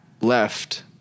left